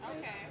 Okay